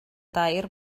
dair